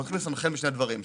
הולכים לסנכרן משני הדברים,